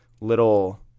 little